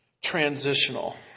Transitional